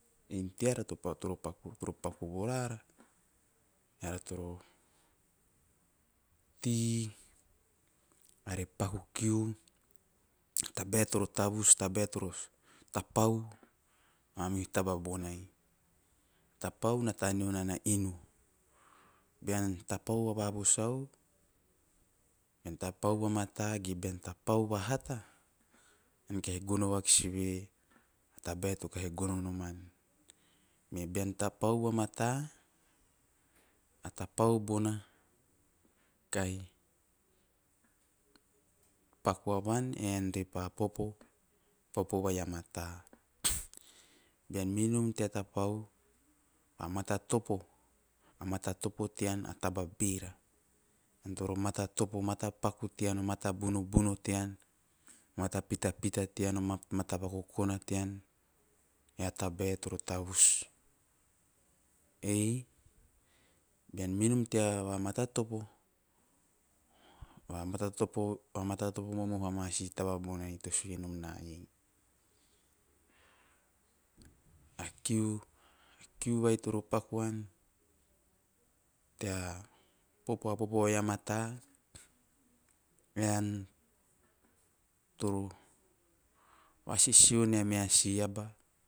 Teara toro paku vo rara, tei ara paku kiu a tabae toro tavus, a tabae toro tapau, tapau na taneo nana inu. Beam tapau vahava vosau, bean tapau vamata ge bean tapau vahata ean kahi gono vakis e a tabae to kahi gono noman, me bean topo noman vamata a tapau bona kahi paku a vean re pa popo a popo vai a mata. Bean mei nom tea tapau a matatopo - a matatopo tean a taba bera, ean toro matatopo o matapaku tean o mata bunobuno tean, o pitapita tean, o mata vakokona tean ea tabae toro tavus. Ei bean mei nom tea va matatopo amasi taba bonai to sue nom na iei, a kiu - a kiu vai toro paku an tea popo a popo vai a mata ean toro vasisio nea meha si aba,